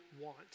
want